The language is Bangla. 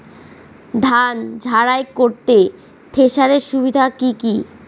ধান ঝারাই করতে থেসারের সুবিধা কি কি?